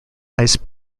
ice